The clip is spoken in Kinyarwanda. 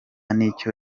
nicyo